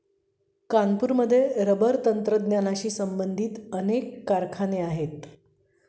कानपूरमध्ये रबर तंत्रज्ञानाशी संबंधित अनेक कारखाने आहेत